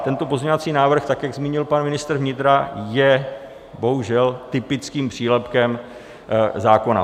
Tento pozměňovací návrh, jak zmínil pan ministr vnitra, je bohužel typickým přílepkem zákona.